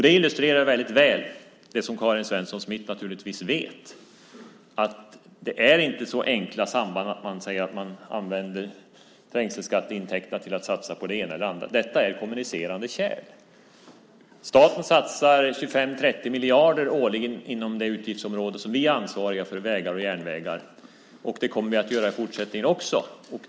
Det illustrerar väldigt väl det som Karin Svensson Smith naturligtvis vet, nämligen att det inte är så enkla samband att man kan säga att man använder trängselskatteintäkterna till att satsa på det ena eller andra. Detta är kommunicerande kärl. Staten satsar 25-30 miljarder årligen inom det utgiftsområde som vi är ansvariga för, vägar och järnvägar, och det kommer den att göra i fortsättningen också.